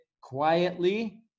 quietly